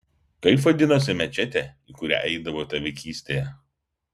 kaip vadinasi mečetė į kurią eidavote vaikystėje